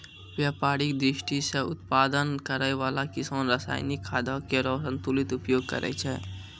व्यापारिक दृष्टि सें उत्पादन करै वाला किसान रासायनिक खादो केरो संतुलित उपयोग करै छै